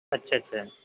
اچھا اچھا